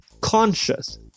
conscious